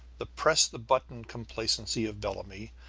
the press-the-button complacency of bellamy,